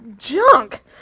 Junk